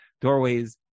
doorways